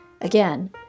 Again